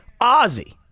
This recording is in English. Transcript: Ozzy